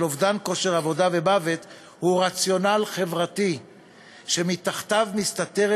אובדן כושר עבודה ומוות הוא רציונל חברתי שמתחתיו מסתתרת